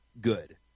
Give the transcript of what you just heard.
good